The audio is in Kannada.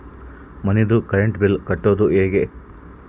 ಮನಿದು ಕರೆಂಟ್ ಬಿಲ್ ಕಟ್ಟೊದು ಹೇಗೆ?